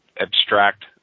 abstract